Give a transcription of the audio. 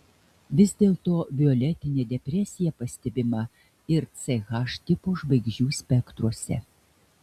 vis dėlto violetinė depresija pastebima ir ch tipo žvaigždžių spektruose